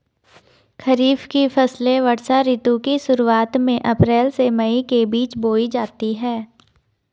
खरीफ की फसलें वर्षा ऋतु की शुरुआत में, अप्रैल से मई के बीच बोई जाती हैं